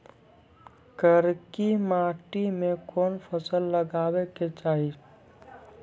करकी माटी मे कोन फ़सल लगाबै के चाही?